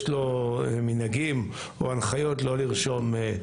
יש לו מנהגים או הנחיות לא לרשום.